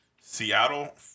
Seattle